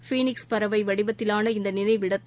Phoenix பறவைவடிவத்திவான இந்தநினைவிடத்தை